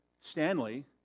Stanley